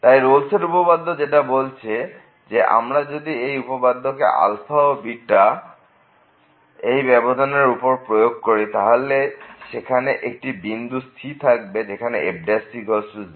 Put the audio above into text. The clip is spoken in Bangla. তাই রোলস উপপাদ্য যেটা বলছে যে আমরা যদি এই উপপাদ্য কে ও এই ব্যবধান এর উপর প্রয়োগ করি তাহলে সেখানে একটি বিন্দু c থাকবে যেখানে fc 0